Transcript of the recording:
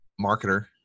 marketer